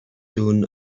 soon